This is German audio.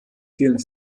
vielen